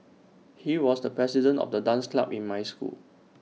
he was the president of the dance club in my school